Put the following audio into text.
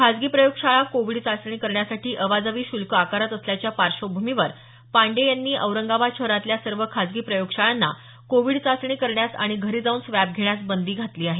खासगी प्रयोगशाळा कोविड चाचणी करण्यासाठी अवाजवी शुल्क आकारत असल्याच्या पार्श्वभूमीवर पांडेय यांनी औरंगाबाद शहरातल्या सर्व खासगी प्रयोगशाळांना कोविड चाचणी करण्यास आणि घरी जाऊन स्वॅब घेण्यास बंदी घातली आहे